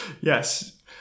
Yes